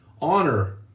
honor